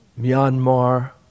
Myanmar